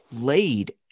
played